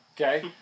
Okay